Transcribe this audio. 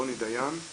רוני דיין,